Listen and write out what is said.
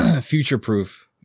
future-proof